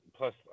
Plus